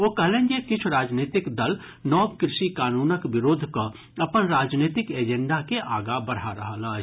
ओ कहलनि जे किछु राजनीतिक दल नव कृषि कानूनक विरोध कऽ अपन राजनीतिक एजेंडा के आगां बढ़ा रहल अछि